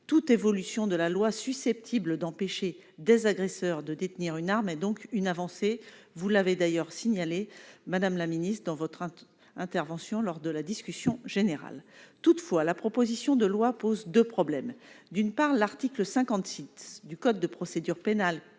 toute évolution de la loi susceptible d'empêcher des agresseurs de détenir une arme et donc une avancée, vous l'avez d'ailleurs signalé madame la ministre, dans votre intervention lors de la discussion générale toutefois la proposition de loi pose 2 problèmes : d'une part, l'article 56 du code de procédure pénale,